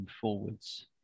forwards